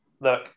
look